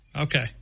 Okay